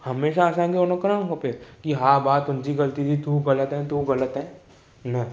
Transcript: हमेशा असांखे उहो न करिणो खपे की हा भाउ तुंहिंजी ग़लती थी तूं ग़लति आहे तूं ग़लति आहे न